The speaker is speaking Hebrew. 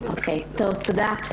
תודה.